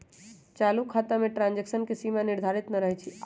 चालू खता में ट्रांजैक्शन के सीमा निर्धारित न रहै छइ